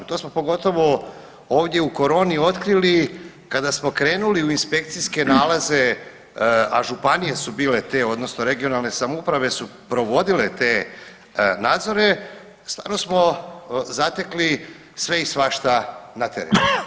To smo pogotovo ovdje u koroni otkrili kada smo krenuli u inspekcijske nalaze, a županije su bile te, odnosno regionalne samouprave su provodile te nadzore stvarno smo zatekli sve i svašta na terenu.